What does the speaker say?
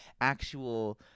actual